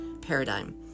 paradigm